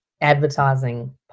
advertising